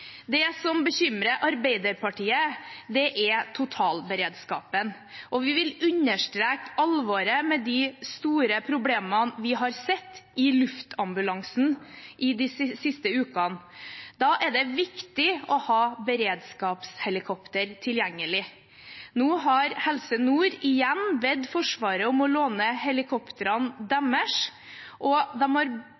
Det som bekymrer Arbeiderpartiet, er totalberedskapen, og vi vil understreke alvoret i de store problemene vi har sett i luftambulansen i de siste ukene. Da er det viktig å ha beredskapshelikoptere tilgjengelig. Nå har Helse Nord igjen bedt Forsvaret om å få låne helikoptrene deres, og de